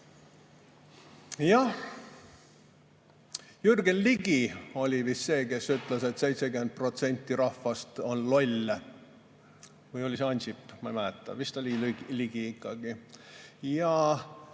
Jah! Jürgen Ligi oli vist see, kes ütles, et 70% rahvast on loll – või oli see Ansip, ma ei mäleta, vist oli ikka Ligi.